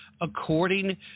According